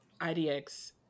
idx